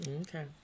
Okay